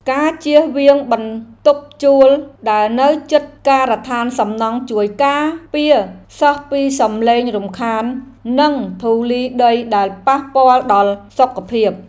ការជៀសវាងបន្ទប់ជួលដែលនៅជិតការដ្ឋានសំណង់ជួយការពារសិស្សពីសំឡេងរំខាន និងធូលីដីដែលប៉ះពាល់ដល់សុខភាព។